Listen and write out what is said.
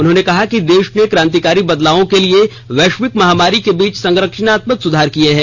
उन्होंने कहा कि देश ने क्रांतिकारी बदलावों के लिए वैश्विक महामारी के बीच संरचनात्मक सुधार किए हैं